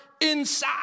inside